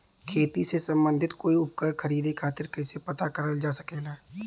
खेती से सम्बन्धित कोई उपकरण खरीदे खातीर कइसे पता करल जा सकेला?